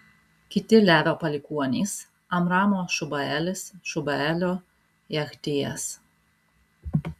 kiti levio palikuonys amramo šubaelis šubaelio jechdijas